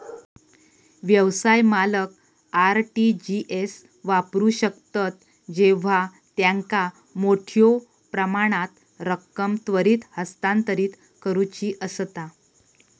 व्यवसाय मालक R T G S वापरू शकतत जेव्हा त्यांका मोठ्यो प्रमाणात रक्कम त्वरित हस्तांतरित करुची असता